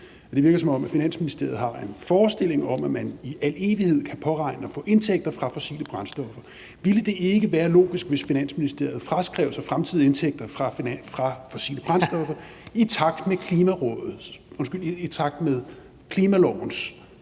Det virker, som om Finansministeriet har en forestilling om, at man i al evighed kan påregne at få indtægter fra fossile brændstoffer. Ville det ikke være logisk, hvis Finansministeriet fraskrev sig fremtidige indtægter fra fossile brændstoffer i takt med klimalovens